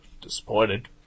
Disappointed